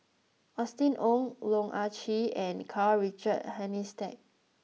Austen Ong Loh Ah Chee and Karl Richard Hanitsch